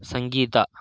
ಸಂಗೀತ